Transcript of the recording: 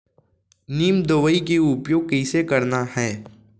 नीम दवई के उपयोग कइसे करना है?